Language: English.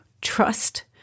trust